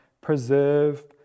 preserve